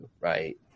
Right